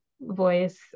voice